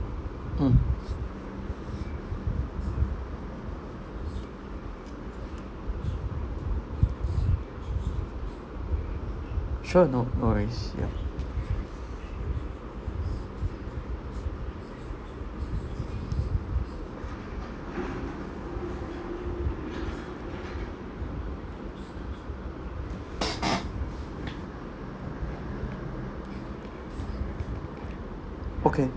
mm sure no no worries ya okay